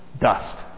dust